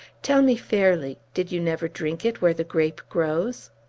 tell me fairly did you never drink it where the grape grows?